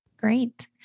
Great